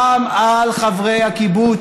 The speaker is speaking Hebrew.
גם על חברי הקיבוץ,